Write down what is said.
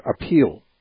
appeal